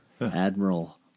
Admiral